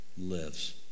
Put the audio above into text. lives